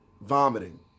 vomiting